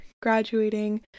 graduating